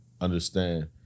understand